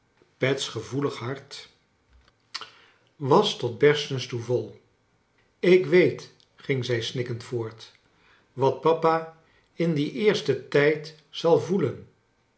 pet's gevoelige hart was tot berstens toe vol ik weet ging zij snikkend voort wat papa in dien eersten tijd zal voelen